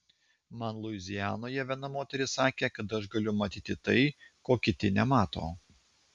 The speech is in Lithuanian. man luizianoje viena moteris sakė kad aš galiu matyti tai ko kiti nemato